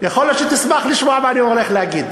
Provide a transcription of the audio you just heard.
יכול להיות שתשמח לשמוע מה אני הולך להגיד.